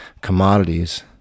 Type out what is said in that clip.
commodities